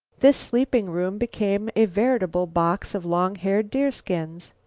this sleeping room became a veritable box of long-haired deerskins.